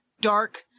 dark